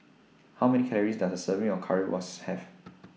How Many Calories Does A Serving of Currywurst Have